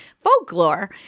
folklore